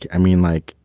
i mean, like,